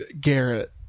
Garrett